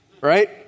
right